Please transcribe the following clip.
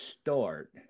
start